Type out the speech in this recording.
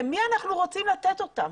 למי אנחנו רוצים לתת אותם?